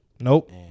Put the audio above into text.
Nope